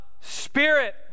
Spirit